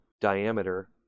diameter